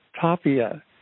Tapia